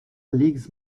leagues